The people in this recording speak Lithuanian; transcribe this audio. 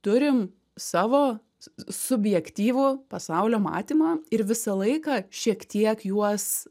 turim savo subjektyvų pasaulio matymą ir visą laiką šiek tiek juos